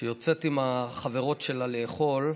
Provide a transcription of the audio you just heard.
שיוצאת עם החברות שלה לאכול.